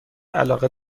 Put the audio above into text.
علاقه